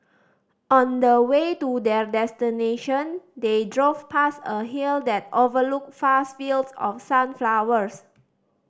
on the way to their destination they drove past a hill that overlooked fast fields of sunflowers